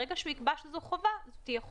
ברגע שהוא יקבע שזאת חובה זה יהיה חובה.